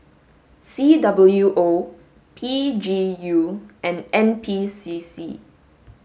C W O P G U and N P C C